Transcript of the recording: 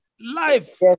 Life